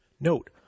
Note